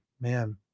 man